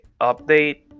update